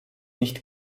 nicht